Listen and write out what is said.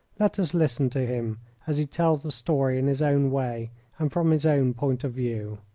let us listen to him as he tells the story in his own way and from his own point of view.